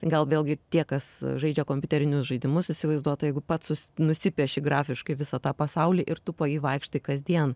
gal vėlgi tie kas žaidžia kompiuterinius žaidimus įsivaizduotų jeigu pats nusipieši grafiškai visą tą pasaulį ir tu po jį vaikštai kasdien